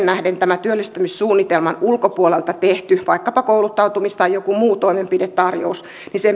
nähden tämän työllistämissuunnitelman ulkopuolelta tehdyn tarjouksen vaikkapa kouluttautumis tai jonkun muun toimenpidetarjouksen